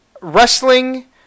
Wrestling